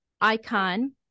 icon